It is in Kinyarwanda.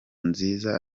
nziza